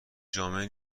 جامعه